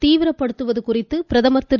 தீவிரப்படுத்துவது குறித்து பிரதமர் திரு